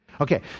okay